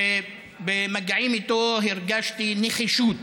שבמגעים איתו הרגשתי נחישות